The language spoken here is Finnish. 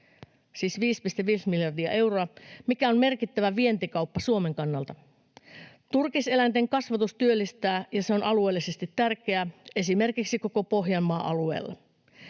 siis 5,5 miljardia euroa — mikä on merkittävä vientikauppa Suomen kannalta. Turkiseläinten kasvatus työllistää, ja se on alueellisesti tärkeä esimerkiksi koko Pohjanmaan alueella.